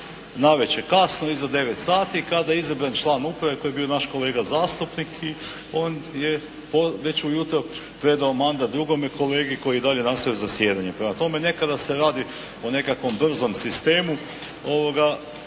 navečer kasno iza devet sati, kada izabran član uprave koji je bio naš kolega zastupnik i on je već ujutro predao mandat drugome kolegi koje je dalje nastavio zasjedanje. Prema tome, nekada se radi o nekakvom brzom sistemu što